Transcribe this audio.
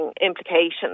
implications